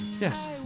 Yes